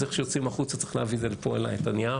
אז איך שיוצאים החוצה צריך להביא אליי את הנייר